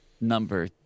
number